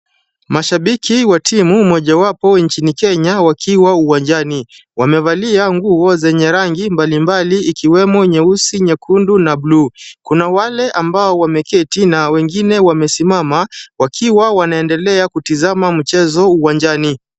Mashibinki wa timu mojawapo nchini Kenya wakiwa uwanjani. Wamevalia nguo zenye rangi mbalimbali ikiwemo nyeusi, nyekundu na blue . Kuna wale amabo wameketi na wengine kusimama wakiwa wanaendelea kutazama mchezo uwanjani.